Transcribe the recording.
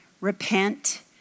repent